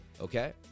Okay